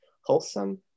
wholesome